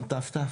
שמת ת"ת?